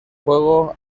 juego